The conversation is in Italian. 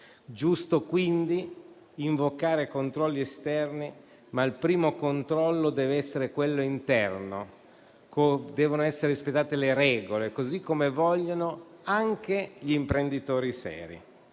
giusto quindi invocare controlli esterni, ma il primo controllo deve essere interno. Devono essere rispettate le regole, così come vogliono anche gli imprenditori seri.